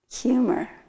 humor